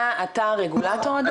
אתה הרגולטור אדוני?